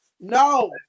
No